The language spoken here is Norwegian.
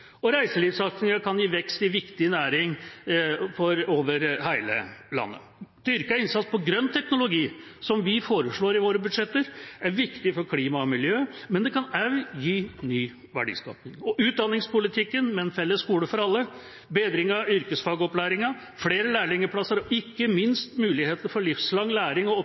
kan gi vekst i en viktig næring over hele landet. Styrket innsats på grønn teknologi, som vi foreslår i våre budsjetter, er viktig for klima og miljø, men det kan også gi ny verdiskaping. Utdanningspolitikken, med en felles skole for alle, bedring av yrkesfagopplæringen, flere lærlingplasser og ikke minst muligheter for livslang læring og